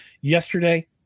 yesterday